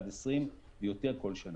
עד 20 ויותר כל שנה.